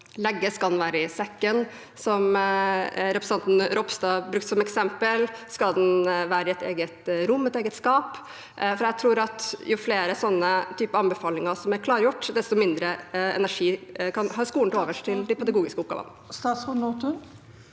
legges. Skal den være i sekken, som representanten Ropstad brukte som eksempel? Skal den være i et eget rom, i et eget skap? Jeg tror at jo flere slike anbefalinger som er klargjort, desto mer energi har skolen til overs til de pedagogiske oppgavene. Statsråd Kari